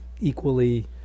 equally